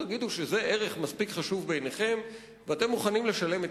תגידו שזה ערך מספיק חשוב בעיניכם ואתם מוכנים לשלם את